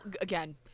again